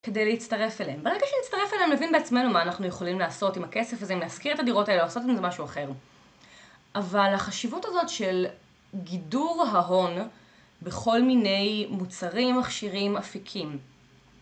כדי להצטרף אליהם. ברגע שנצטרף אליהם, להבין בעצמנו מה אנחנו יכולים לעשות עם הכסף הזה, אם להשכיר את הדירות האלה, או לעשות את זה משהו אחר. אבל החשיבות הזאת של גידור דור ההון בכל מיני מוצרים, מכשירים, אפיקים.